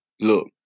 look